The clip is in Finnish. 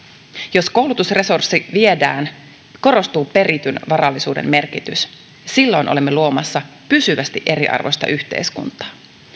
jos koulutusresurssi viedään korostuu perityn varallisuuden merkitys silloin olemme luomassa pysyvästi eriarvoista yhteiskuntaa